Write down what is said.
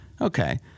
okay